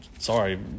Sorry